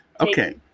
Okay